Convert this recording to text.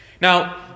Now